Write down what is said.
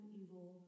evil